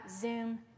Zoom